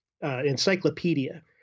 encyclopedia